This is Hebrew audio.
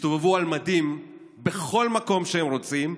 יסתובבו על מדים בכל מקום שהם רוצים,